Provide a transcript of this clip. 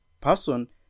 person